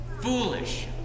foolish